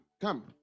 come